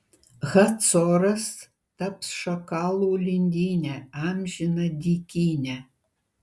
hacoras taps šakalų lindyne amžina dykyne